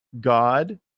God